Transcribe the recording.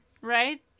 Right